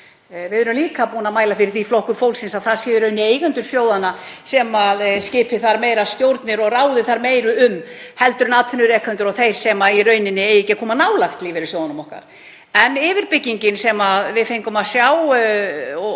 Við erum líka búin að mæla fyrir því, Flokkur fólksins, að það séu eigendur sjóðanna sem skipi þar meira stjórnir og ráðið þar meiru um heldur en atvinnurekendur og þeir sem í rauninni eiga ekki að koma nálægt lífeyrissjóðunum okkar. En yfirbyggingin og kostnaðurinn sem við fengum að sjá og